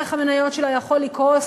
ערך המניות שלה יכול לקרוס,